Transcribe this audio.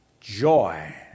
Joy